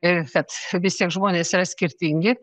ir kad vis tiek žmonės yra skirtingi